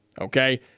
Okay